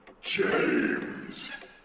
James